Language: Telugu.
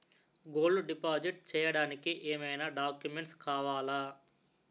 గోల్డ్ డిపాజిట్ చేయడానికి ఏమైనా డాక్యుమెంట్స్ కావాలా?